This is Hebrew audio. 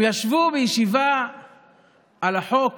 הם ישבו בישיבה על החוק